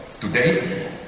today